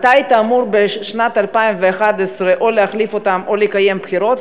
אתה היית אמור בשנת 2011 או להחליף אותם או לקיים בחירות,